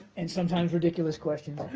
and sometimes ridiculous questions.